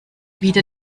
wieder